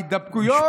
ההידבקויות.